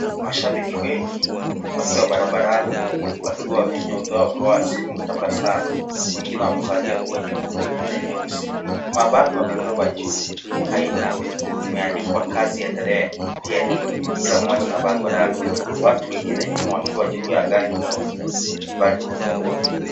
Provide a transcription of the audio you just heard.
Mashabiki wengi wakiwa barabarani wakiwa vinywa vyao vi wazi kutabasamu, wengine wamevalia nguo nyeupe wengine nyeusi. Mabango yamebebwa juu aina imeandikwa kazi endelea PNU kila mmoja na bango lake watu wengine nyuma wakiwa juu ya gari nyeupe ambalo limebeba.